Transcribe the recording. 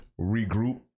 regroup